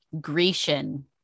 grecian